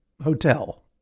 Hotel